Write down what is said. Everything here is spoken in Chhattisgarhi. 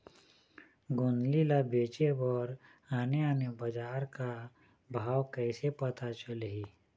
गोंदली ला बेचे बर आने आने बजार का भाव कइसे पता चलही?